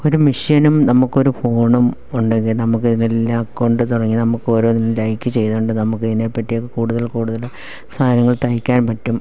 ഒരു മെഷിനും നമുക്കൊരു ഫോണും ഉണ്ടെങ്കിൽ നമുക്ക് ഇതിനെല്ലാം അക്കൗണ്ട് തുടങ്ങി നമുക്കൊരോന്നും ലൈക്ക് ചെയ്തുകൊണ്ട് നമുക്ക് ഇതിനെ പറ്റി ഒക്കെ കൂടുതലും കൂടുതല് സാധനങ്ങൾ തയ്ക്കാൻ പറ്റും